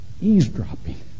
Eavesdropping